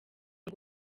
ngo